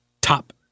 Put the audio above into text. Top